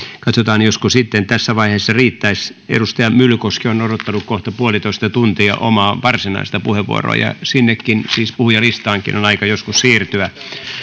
katsotaan josko sitten tässä vaiheessa riittäisi edustaja myllykoski on odottanut kohta puolitoista tuntia omaa varsinaista puheenvuoroaan ja sinne puhujalistaankin on aika joskus siirtyä